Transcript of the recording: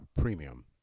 Premium